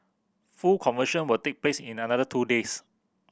full conversion will take place in another two days